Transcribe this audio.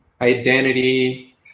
Identity